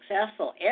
successful